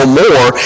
more